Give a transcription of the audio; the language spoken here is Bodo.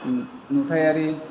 नुथायारि